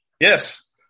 yes